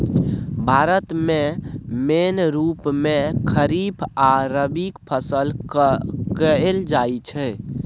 भारत मे मेन रुप मे खरीफ आ रबीक फसल कएल जाइत छै